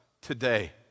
today